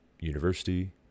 university